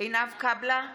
עינב קאבלה,